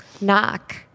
Knock